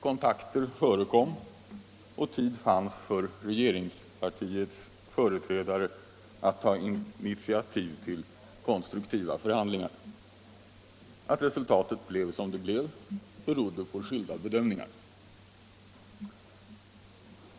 Kontakter förekom och tid fanns för regeringspartiets företrädare att ta initiativ till konstruktiva förhandlingar. Att resultatet blev som det blev berodde på skilda bedömningar.